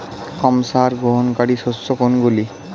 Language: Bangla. কম সার গ্রহণকারী শস্য কোনগুলি?